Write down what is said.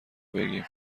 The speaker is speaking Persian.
بگیم